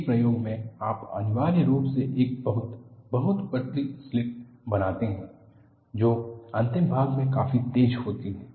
एक प्रयोग में आप अनिवार्य रूप से एक बहुत बहुत पतली स्लिट बनाते हैं जो अंतिम भाग में काफी तेज होती है